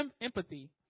empathy